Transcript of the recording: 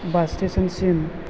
बास स्टेसनसिम